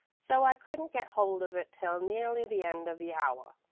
so i couldn't get hold of it till nearly the end of the hour.